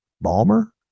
Balmer